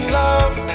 love